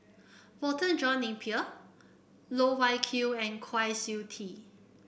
Walter John Napier Loh Wai Kiew and Kwa Siew Tee